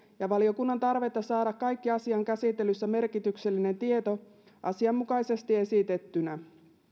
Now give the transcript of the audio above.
ja valiokunnan tarvetta saada kaikki asian käsittelyssä merkityksellinen tieto asianmukaisesti esitettynä